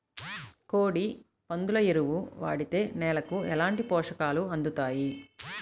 కోడి, పందుల ఎరువు వాడితే నేలకు ఎలాంటి పోషకాలు అందుతాయి